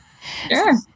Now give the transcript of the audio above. Sure